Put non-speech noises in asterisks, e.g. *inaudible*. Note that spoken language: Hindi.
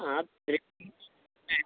आप *unintelligible*